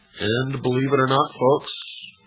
and, believe it or not, folks,